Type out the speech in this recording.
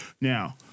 Now